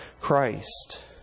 Christ